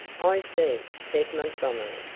i see, said montgomery,